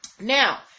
Now